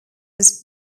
was